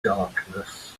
darkness